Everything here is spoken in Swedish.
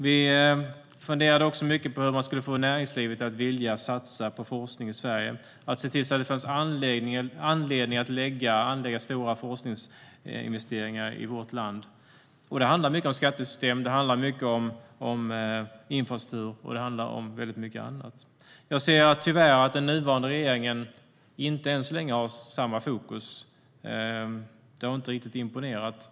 Vi funderade också mycket på hur man skulle få näringslivet att vilja satsa på forskning i Sverige och se till att det fanns anledning att anlägga stora forskningsinvesteringar i vårt land. Och det handlade mycket om skattesystemet, om infrastruktur och väldigt mycket annat. Jag ser tyvärr att den nuvarande regeringen inte än så länge har samma fokus. Det har inte riktigt imponerat.